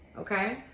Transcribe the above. okay